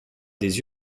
des